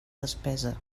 despesa